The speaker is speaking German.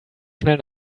schnell